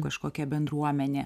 kažkokia bendruomenė